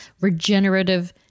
regenerative